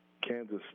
Kansas